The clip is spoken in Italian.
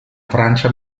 francia